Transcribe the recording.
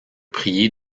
prier